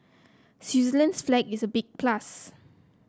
Switzerland's flag is a big plus